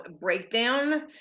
breakdown